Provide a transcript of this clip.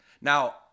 now